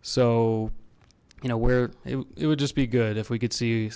so you know where it would just be good if we could see